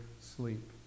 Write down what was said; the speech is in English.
sleep